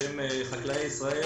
בשם חקלאי ישראל